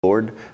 Lord